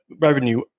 revenue